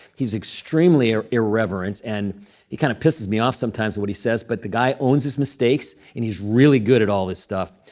he's extremely ah irreverent. and he kind of pisses me off sometimes, what he says. but the guy owns his mistakes. and he's really good at all this stuff.